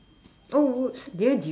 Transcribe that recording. oh no dear dear